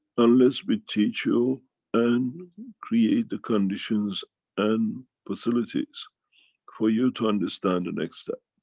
unless we teach you and create the conditions and facilities for you to understand the next step.